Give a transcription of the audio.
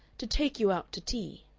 to take you out to tea.